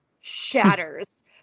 shatters